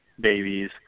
babies